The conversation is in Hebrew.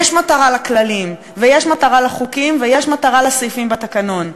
יש מטרה לכללים ויש מטרה לחוקים ויש מטרה לסעיפים בתקנון.